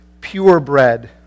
purebred